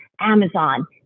Amazon